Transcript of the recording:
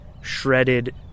shredded